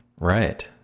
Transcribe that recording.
Right